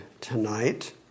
tonight